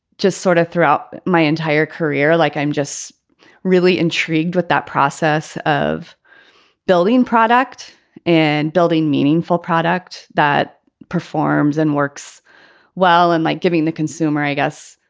just sort of throughout my entire career, like i'm just really intrigued with that process of building product and building meaningful product that performs and works well and like giving the consumer, i guess,